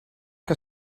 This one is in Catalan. que